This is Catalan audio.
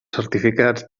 certificats